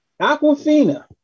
Aquafina